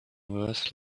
worth